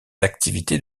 activités